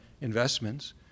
investments